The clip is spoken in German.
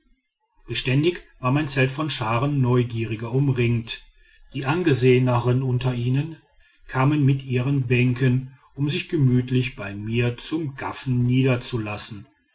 beständig war mein zelt von scharen neugier umringt die angesehenern unter ihnen kamen mit ihren bänken um sich gemütlich bei mir zum gaffen niederzulassen